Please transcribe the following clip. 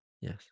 yes